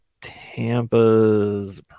Tampa's